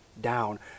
down